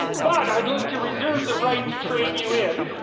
but i'd like to reserve the right to trade you in